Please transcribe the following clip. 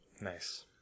nice